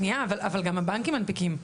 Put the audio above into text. שניה, אבל גם הבנקים מנפיקים.